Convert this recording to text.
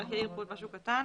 כאן משהו קטן.